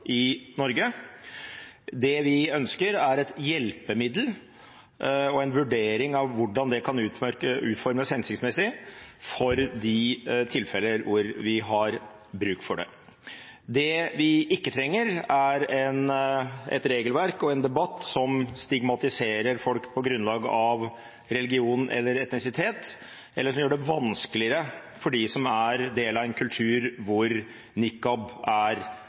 i Norge. Det vi ønsker, er et hjelpemiddel og en vurdering av hvordan det kan utformes hensiktsmessig for de tilfeller hvor vi har bruk for det. Det vi ikke trenger, er et regelverk og en debatt som stigmatiserer folk på grunnlag av religion eller etnisitet, eller som gjør det vanskeligere for dem som er del av en kultur hvor nikab